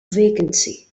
vacancy